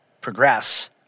progress